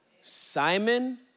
Simon